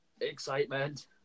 Excitement